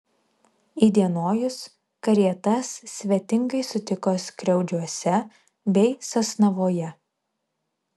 įdienojus karietas svetingai sutiko skriaudžiuose bei sasnavoje